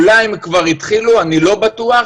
אולי הם כבר התחילו, אני לא בטוח.